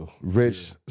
Rich